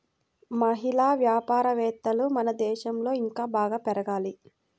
మహిళా వ్యాపారవేత్తలు మన దేశంలో ఇంకా బాగా పెరగాలి